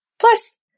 Plus